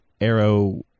arrow